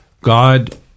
God